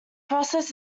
process